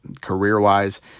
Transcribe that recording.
career-wise